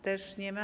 Też nie ma.